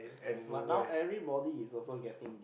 but now everybody is also getting